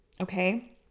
Okay